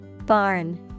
Barn